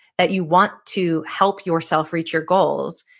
that you want to help yourself reach your goals,